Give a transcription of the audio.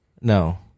No